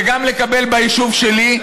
וגם ביישוב שלי,